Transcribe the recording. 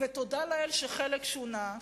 תודה לאל שחלק שונה,